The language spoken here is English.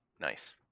nice